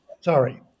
Sorry